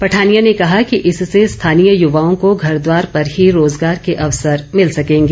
पठानिया ने कहा कि इससे स्थानीय युवाओं को घरद्वार पर ही रोजगार के अवसर मिल सकेंगे